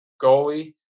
goalie